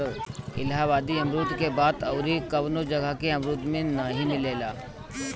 इलाहाबादी अमरुद के बात अउरी कवनो जगह के अमरुद में नाइ मिलेला